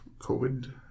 COVID